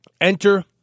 enter